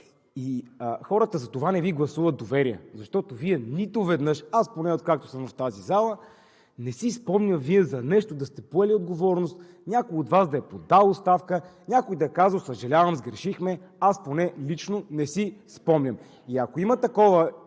Хората затова не Ви гласуват доверие, защото Вие нито веднъж – аз поне, откакто съм в тази зала, не си спомням Вие за нещо да сте поели отговорност, някой от Вас да е подал оставка, някой да е казал: „Съжалявам, сгрешихме!“ Аз лично поне не си спомням. Ако има такова изказване